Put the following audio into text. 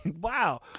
wow